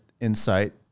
insight